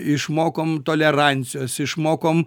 išmokom tolerancijos išmokom